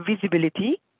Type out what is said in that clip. visibility